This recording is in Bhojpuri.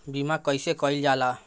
बीमा कइसे कइल जाला?